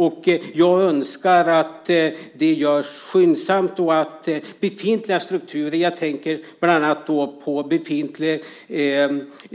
Och jag önskar att det görs skyndsamt och att befintliga strukturer - jag tänker bland annat på befintlig